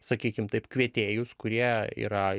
sakykim taip kvietėjus kurie yra